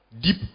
Deep